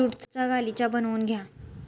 ज्यूटचा गालिचा बनवून घ्या